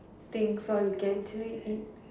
things all you can actually eat